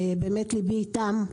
ליבי איתם.